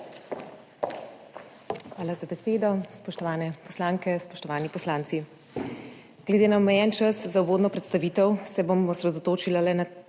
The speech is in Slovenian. Hvala za besedo. Spoštovane poslanke, spoštovani poslanci! Glede na omejen čas za uvodno predstavitev se bom osredotočila le na